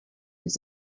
his